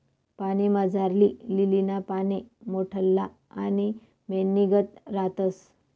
पाणीमझारली लीलीना पाने मोठल्ला आणि मेणनीगत रातस